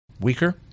weaker